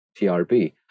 TRB